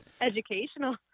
Educational